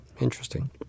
interesting